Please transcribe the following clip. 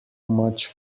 much